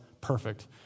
perfect